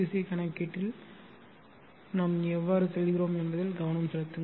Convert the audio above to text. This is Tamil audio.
சி கணக்கீட்டில் நாங்கள் எவ்வாறு செல்கிறோம் என்பதில் கவனம் செலுத்துங்கள்